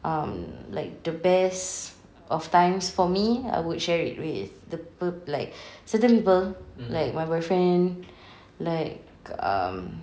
um like the best of times for me I would share it with the pe~ certain people like my boyfriend like um